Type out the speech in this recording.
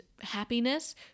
happiness